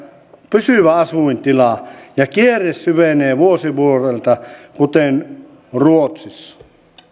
pysyvä asiantila ja kierre syvenee vuosi vuodelta kuten ruotsissa